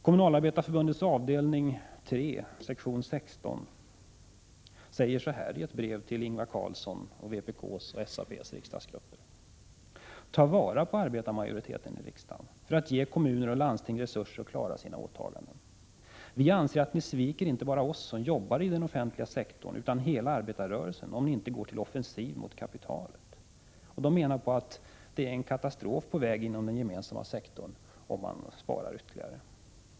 Kommunalarbetareförbundets avdelning 3, sektion 16 säger så här i ett brev till Ingvar Carlsson och till vpk:s och SAP:s riksdagsgrupper: ”Ta vara på arbetarmajoriteten i riksdagen för att ge kommuner och landsting resurser att klara sina åtaganden. Vi anser att ni sviker inte bara oss, som jobbar i den offentliga sektorn, utan hela arbetarrörelsen, om ni inte går till offensiv mot kapitalet.” De menar att en katastrof är på väg inom den gemensamma sektorn om det görs ytterligare besparingar.